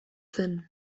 zen